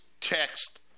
text